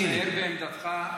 תישאר בעמדתך.